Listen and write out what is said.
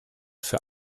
für